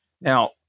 Now